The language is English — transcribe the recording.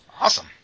Awesome